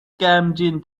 غمگین